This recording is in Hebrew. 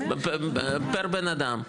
פר בן אדם.